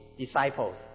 Disciples